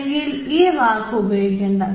അല്ലെങ്കിൽ ആ വാക്ക് ഉപയോഗിക്കേണ്ട